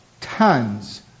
tons